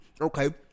Okay